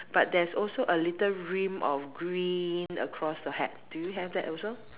but there's also a little rim of green across the hat do you have that also